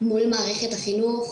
מול מערכת החינוך,